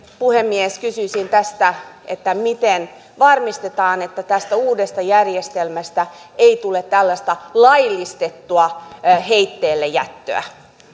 puhemies kysyisin tästä miten varmistetaan että tästä uudesta järjestelmästä ei tule tällaista laillistettua heitteillejättöä